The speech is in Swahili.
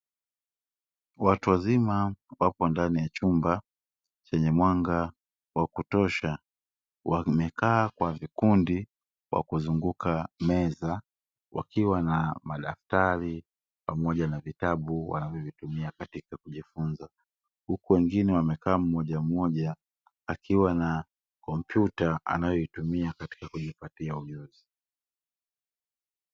Watu wazima wapo ndani ya chumba chenye mwanga wa kutosha, wamekaa kwa vikundi kwa kuzunguka meza, wakiwa na madaftari pamoja na vitabu wanavyovitumia katika kujifunza. Huku wengine wamekaa mmoja mmoja akiwa na kompyuta anayoitumia katika kujipatia ujuzi.